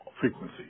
Frequency